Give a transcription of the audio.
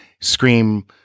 scream